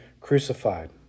crucified